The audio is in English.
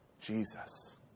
Jesus